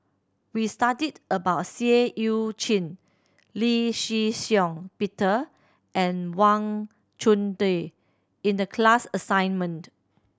we studied about Seah Eu Chin Lee Shih Shiong Peter and Wang Chunde in the class assignment